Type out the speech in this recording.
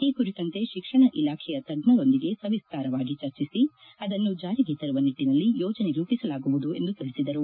ಈ ಕುರಿತಂತೆ ಶಿಕ್ಷಣ ಇಲಾಖೆಯ ತಜ್ಞರೊಂದಿಗೆ ಸವಿಸ್ತಾರವಾಗಿ ಚರ್ಚಿಸಿ ಅದನ್ನು ಜಾರಿಗೆ ತರುವ ನಿಟ್ಟಿನಲ್ಲಿ ಯೋಜನೆ ರೂಪಿಸಲಾಗುವುದು ಎಂದು ತಿಳಿಸಿದರು